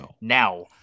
now